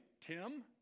Tim